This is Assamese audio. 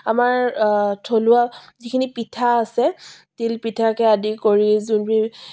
আমাৰ থলুৱা যিখিনি পিঠা আছে তিলপিঠাকে আদি কৰি যোনবোৰ